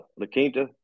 Laquinta